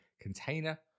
container